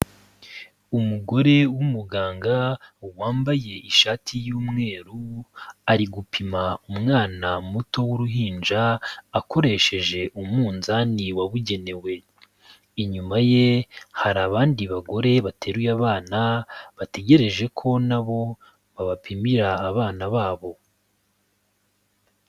Umugore w'umuganga wambaye ishati y'umweru ari gupima umwana muto w'uruhinja, akoresheje umunzani wabugenewe. Inyuma ye hari abandi bagore bateruye abana bategereje ko na bo, babapimira abana babo.